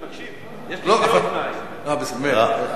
אני מקשיב, יש לי שתי אוזניים, לא אחת.